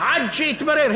עד שיתברר.